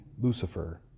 Lucifer